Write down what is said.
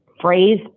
phrase